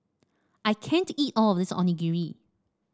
I can't eat all of this Onigiri